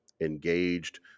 engaged